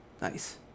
Nice